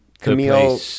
Camille